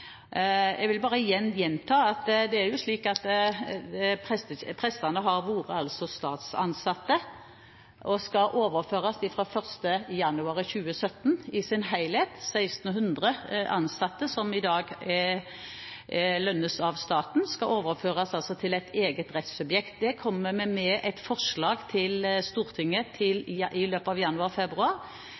Jeg vil igjen gjenta at prestene altså har vært statsansatte og skal fra 1. januar 2017 i sin helhet – 1 600 ansatte som i dag lønnes av staten – overføres til et eget rettssubjekt. Vi kommer i løpet av januar/februar til Stortinget med et forslag om en endring i loven, bl.a. slik at Kirken får anledning til